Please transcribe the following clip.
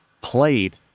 played